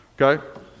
Okay